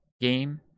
game